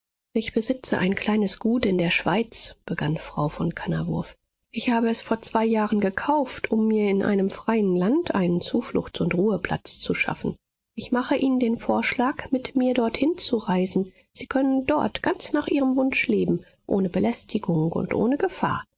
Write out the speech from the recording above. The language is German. ich besitze ein kleines gut in der schweiz begann frau von kannawurf ich habe es vor zwei jahren gekauft um mir in einem freien land einen zufluchts und ruheplatz zu schaffen ich mache ihnen den vorschlag mit mir dorthin zu reisen sie können dort ganz nach ihrem wunsch leben ohne belästigung und ohne gefahr